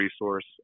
resource